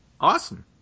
Awesome